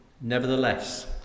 Nevertheless